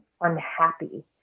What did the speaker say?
unhappy